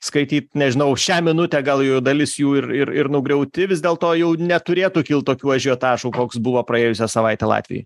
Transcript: skaityt nežinau šią minutę gal jau dalis jų ir ir ir nugriauti vis dėl to jau neturėtų kilt tokių ažiotažų koks buvo praėjusią savaitę latvijoj